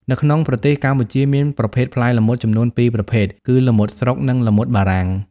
នៅក្នុងប្រទេសកម្ពុជាមានប្រភេទផ្លែល្មុតចំនួន ពីរប្រភេទ គឺ ល្មុតស្រុក និង ល្មុតបារាំង។